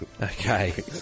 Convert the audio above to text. Okay